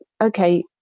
okay